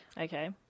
okay